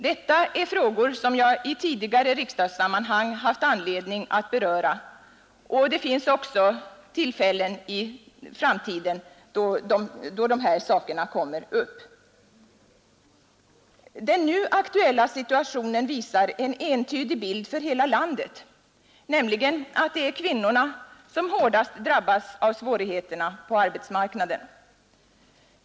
Detta är frågor som jag i tidigare riksdagssammanhang haft anledning att beröra, och det finns också tillfällen i framtiden då de här sakerna kommer upp. Den nu aktuella situationen visar en entydig bild för hela landet, nämligen att det är kvinnorna som hårdast drabbas av svårigheterna på arbetsmarknaden.